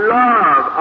love